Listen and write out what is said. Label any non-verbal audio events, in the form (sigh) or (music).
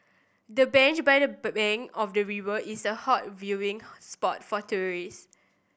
the bench by the (unintelligible) of the river is a hot viewing spot for tourist